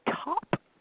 top